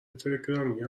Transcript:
تلگرامی